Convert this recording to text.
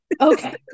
okay